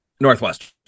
Northwestern